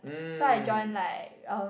so I joined like um